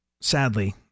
Sadly